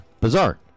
bizarre